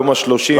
יום ה-30,